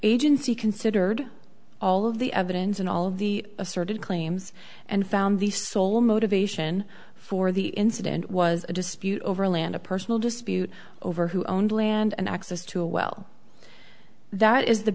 agency considered all of the evidence and all of the assorted claims and found the sole motivation for the incident was a dispute over land a personal dispute over who owned land and access to a well that is the